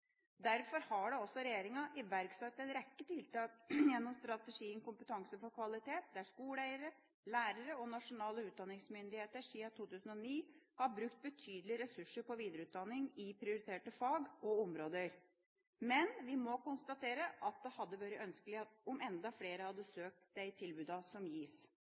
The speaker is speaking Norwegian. Derfor har regjeringa iverksatt en rekke tiltak gjennom strategien «Kompetanse for kvalitet», der skoleeiere, lærere og nasjonale utdanningsmyndigheter siden 2009 har brukt betydelige ressurser på videreutdanning i prioriterte fag og områder. Men vi må konstatere at det hadde vært ønskelig om enda flere hadde søkt de tilbudene som gis.